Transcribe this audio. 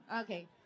Okay